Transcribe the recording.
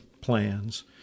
plans